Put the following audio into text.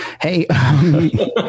Hey